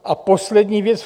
A poslední věc.